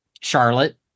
Charlotte